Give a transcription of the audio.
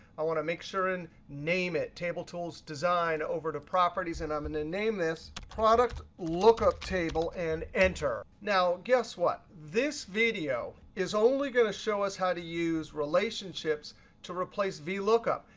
i want to make sure and name it table tools design over to properties. and i'm going to name this product lookup table and enter. now, guess what? this video is only going to show us how to use relationships to replace vlookup,